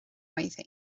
oedd